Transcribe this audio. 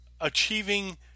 achieving